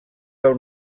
del